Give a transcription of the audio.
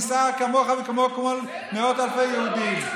אני נסער כמוך וכמו מאות אלפי יהודים.